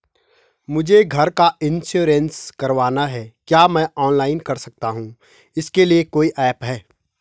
मुझे घर का इन्श्योरेंस करवाना है क्या मैं ऑनलाइन कर सकता हूँ इसके लिए कोई ऐप है?